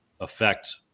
affect